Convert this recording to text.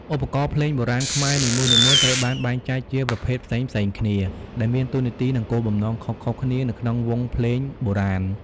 ឧបករណ៍ភ្លេងបុរាណខ្មែរនីមួយៗត្រូវបានបែងចែកជាប្រភេទផ្សេងៗគ្នា ដែលមានតួនាទី និងគោលបំណងខុសៗគ្នានៅក្នុងវង់ភ្លេងបុរាណ។